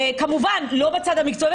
כמובן לא בצד המקצועי,